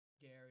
gary